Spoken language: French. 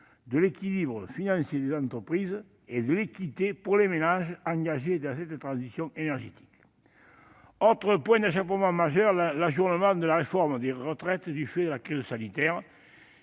de l'équilibre financier des entreprises et de l'équité pour les ménages engagés dans cette transition énergétique. Autre point d'achoppement majeur : l'ajournement de la réforme des retraites du fait de la crise sanitaire.